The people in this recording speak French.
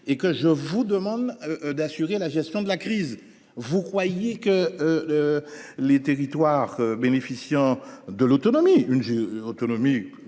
et que je vous demande d'assurer la gestion de la crise. Vous croyez que. Les territoires bénéficiant de l'autonomie, une autonomie